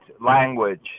language